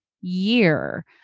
year